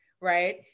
right